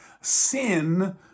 Sin